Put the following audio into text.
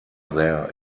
there